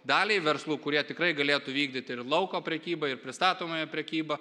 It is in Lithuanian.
daliai verslų kurie tikrai galėtų vykdyti ir lauko prekybą ir pristatomąją prekybą